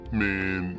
man